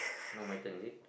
now my turn is it